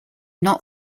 not